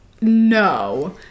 no